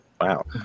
Wow